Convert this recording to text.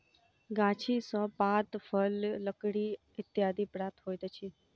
गाछी सॅ पात, फल, लकड़ी इत्यादि प्राप्त होइत अछि